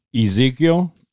Ezekiel